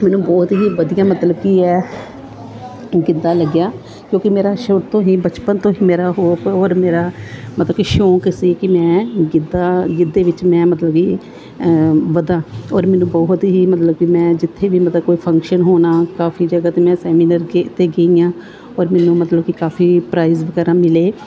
ਮੈਨੂੰ ਬਹੁਤ ਹੀ ਵਧੀਆ ਮਤਲਬ ਕੀ ਹੈ ਗਿੱਧਾ ਲੱਗਿਆ ਕਿਉਂਕਿ ਮੇਰਾ ਸ਼ੁਰੂ ਤੋਂ ਹੀ ਬਚਪਨ ਤੋਂ ਹੀ ਮੇਰਾ ਹੋਪ ਔਰ ਮੇਰਾ ਮਤਲਬ ਕਿ ਸ਼ੌਕ ਸੀ ਕਿ ਮੈਂ ਗਿੱਧਾ ਗਿੱਧੇ ਵਿੱਚ ਮੈਂ ਮਤਲਬ ਵੀ ਵਧਾ ਔਰ ਮੈਨੂੰ ਬਹੁਤ ਹੀ ਮਤਲਬ ਕਿ ਮੈਂ ਜਿੱਥੇ ਵੀ ਮਤਲਬ ਕੋਈ ਫੰਕਸ਼ਨ ਹੋਣਾ ਕਾਫੀ ਜਗ੍ਹਾ 'ਤੇ ਮੈਂ ਸੈਮੀਨਾਰ ਕੇ 'ਤੇ ਗਈ ਹਾਂ ਔਰ ਮੈਨੂੰ ਮਤਲਬ ਕਿ ਕਾਫੀ ਪ੍ਰਾਈਜ਼ ਵਗੈਰਾ ਮਿਲੇ